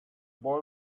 boy